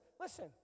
listen